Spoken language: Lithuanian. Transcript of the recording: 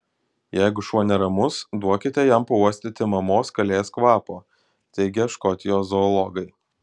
jeigu šuo neramus duokite jam pauostyti mamos kalės kvapo teigia škotijos zoologai